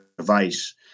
Device